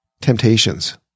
Temptations